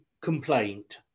complaint